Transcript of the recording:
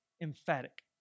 emphatic